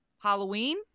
Halloween